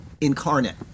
incarnate